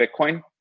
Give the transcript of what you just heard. Bitcoin